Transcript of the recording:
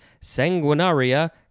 sanguinaria